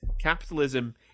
capitalism